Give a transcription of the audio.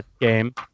Game